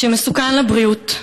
הדבר מסוכן לבריאות,